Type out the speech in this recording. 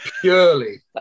purely